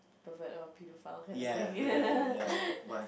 pervert or pedophile kind of thing